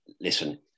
listen